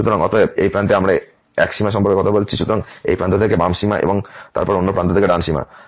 সুতরাং অতএব এই প্রান্তে আমরা এক সীমা সম্পর্কে কথা বলছি সুতরাং এই প্রান্ত থেকে বাম সীমা এবং তারপর অন্য প্রান্ত থেকে ডান সীমা